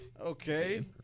Okay